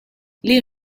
les